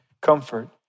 comfort